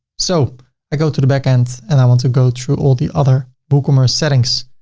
so, i go to the back end and i want to go through all the other woocommerce settings.